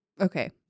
Okay